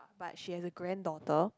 but she has a granddaughter